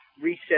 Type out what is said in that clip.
reset